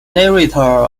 narrator